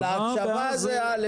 אבל קודם צריך להקשיב,